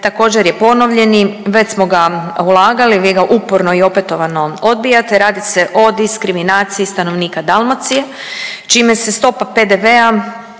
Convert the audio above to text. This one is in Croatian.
također je ponovljeni, već smo ga ulagali, vi ga uporno i opetovano odbijate. Radi se o diskriminaciji stanovnika Dalmacije čime se stopa PDV-a